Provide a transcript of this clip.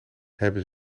hebben